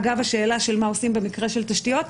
אגב הדוגמה של מה עושים במקרה של תשתיות,